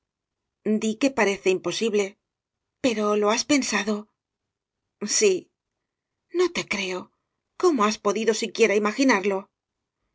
di que parece imposible pero lo has pensado sí no te creo cómo has podido siquiera imaginarlo